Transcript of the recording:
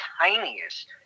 tiniest